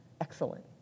Excellent